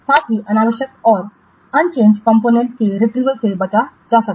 साथ ही अनावश्यक और अपरिवर्तित कंपोनेंट के रिट्रीवरल से बचा जाना चाहिए